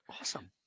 Awesome